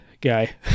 guy